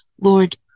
Lord